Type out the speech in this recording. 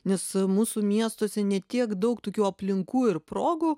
nes mūsų miestuose ne tiek daug tokių aplinkų ir progų